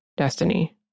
destiny